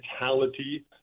mentality